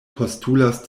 postulas